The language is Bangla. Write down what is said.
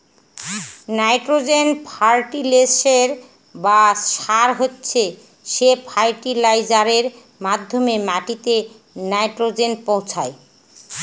নাইট্রোজেন ফার্টিলিসের বা সার হচ্ছে সে ফার্টিলাইজারের মাধ্যমে মাটিতে নাইট্রোজেন পৌঁছায়